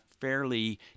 fairly